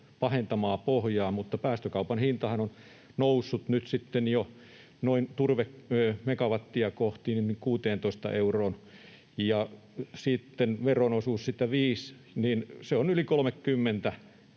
pahentamaa pohjaa, mutta päästökaupan hintahan on noussut nyt sitten jo 16 euroon turve megawattia kohti, ja kun sitten veron osuus siitä on 5, niin turpeen hinta